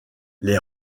les